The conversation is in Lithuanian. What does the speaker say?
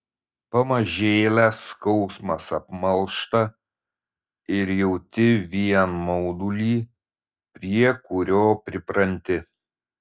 pamažėle skausmas apmalšta ir jauti vien maudulį prie kurio pripranti